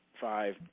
five